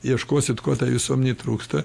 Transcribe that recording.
ieškosit ko tai visuomenei trūksta